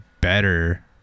better